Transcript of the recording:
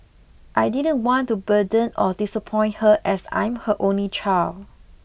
I didn't want to burden or disappoint her as I'm her only child